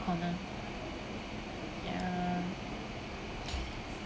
corner ya